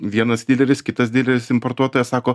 vienas didelis kitas didelis importuotojas sako